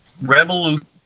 revolution